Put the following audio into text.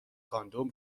کاندوم